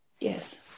Yes